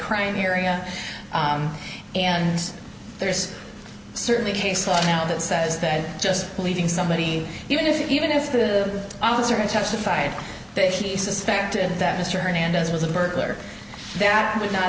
crime area and there's certainly case law now that says that just leaving somebody even if even if the officer testified that he suspected that mr hernandez was a burglar that would not